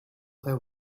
their